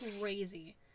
crazy